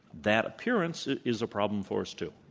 that appearance is a problem for us, too.